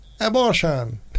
abortion